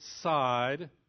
side